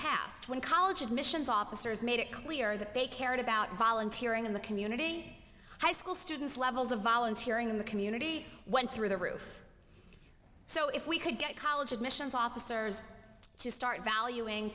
past when college admissions officers made it clear that they cared about volunteering in the community in high school students levels of volunteer in the community went through the roof so if we could get college admissions officers to start valuing